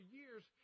years